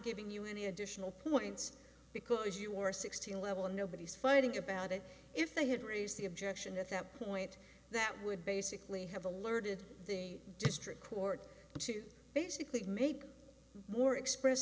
giving you any additional points because you were sixteen level nobody's fighting about it if they had raised the objection at that point that would basically have alerted the district court to basically make more express